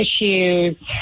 issues